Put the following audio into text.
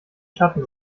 schatten